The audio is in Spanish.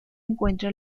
encuentra